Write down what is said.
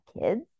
kids